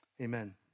Amen